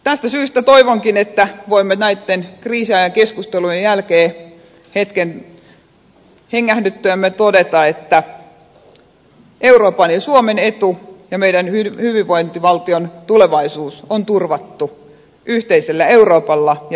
tästä syystä toivonkin että voimme näitten kriisiajan keskustelujen jälkeen hetken hengähdettyämme todeta että euroopan ja suomen etu ja meidän hyvinvointivaltiomme tulevaisuus on turvattu yhteisellä euroopalla ja yhteisellä eurolla